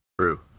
True